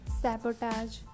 sabotage